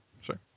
Sure